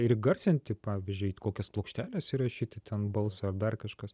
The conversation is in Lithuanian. ir įgarsinti pavyzdžiui į kokias plokšteles įrašyti ten balsą ar dar kažkas